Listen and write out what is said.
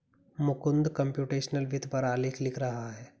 Mukund computational वित्त पर आलेख लिख रहा है